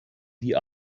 die